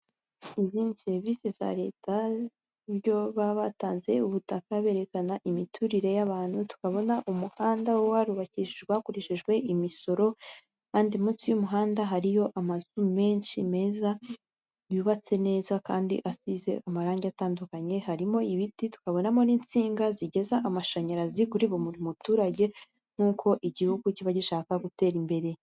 Izindi serivisi za leta byo baba batanze ubutaka berekana imiturire y'abantu, tukabona umuhanda uba warubakishijwe hakoreshejwe imisoro kandi munsi y'umuhanda hariyo amazu menshi meza yubatse neza kandi asize amarange atandukanye, harimo ibiti tukabonamo n'insinga zigeza amashanyarazi kuri buri muturage nk'uko igihugu kiba gishaka gutera imbere.